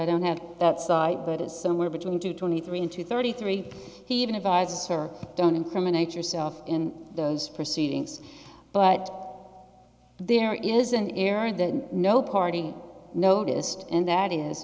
i don't have that side but it's somewhere between two twenty three and two thirty three he even advise her don't incriminate yourself in those proceedings but there is an error that no party noticed and